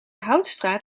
houtstraat